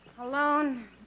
Alone